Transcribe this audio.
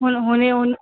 हुन हुनजो हुन